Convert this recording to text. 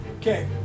okay